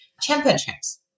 championships